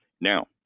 Now